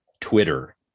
Twitter